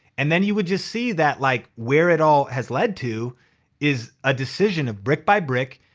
and then you would just see that like where it all has led to is a decision of brick by brick,